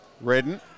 Redden